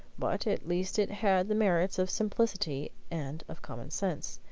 but at least it had the merits of simplicity and of common sense.